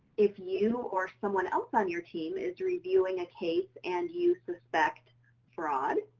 if you or someone else on your team is reviewing a case and you suspect fraud,